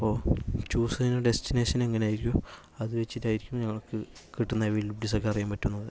choose ചെയ്യുന്ന destination എങ്ങനെ ആയിരിക്കുവൊ അതുവെച്ചിട്ടായിരിക്കും ഞങ്ങൾക്ക് കിട്ടുന്ന അവൈലബിലിറ്റീസ് ഒക്കെ അറിയാൻ പറ്റുന്നത്